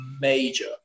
major